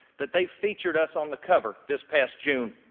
that they featured us on the cover this past june.